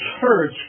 church